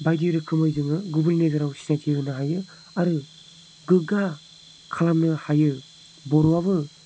बायदि रोखोमै जोङो गुबै नोजोराव सिनायथि होनो हायो आरो गोग्गा खालामनो हायो बर'आबो